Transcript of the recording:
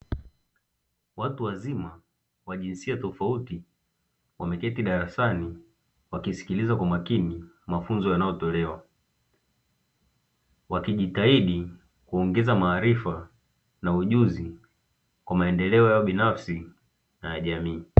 Watu wazima wa jinsia tofauti, wameketi darasani wakisikiliza kwa makini mafunzo yanayotolewa. Wakijitahidi kuongeza maarifa na ujuzi kwa maendeleo binafsi na ya jamii.